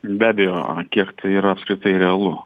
be abejo kiek tai yra apskritai realu